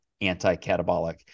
anti-catabolic